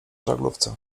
żaglówce